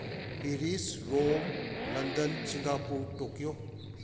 Paris Rome London Singapore Tokyo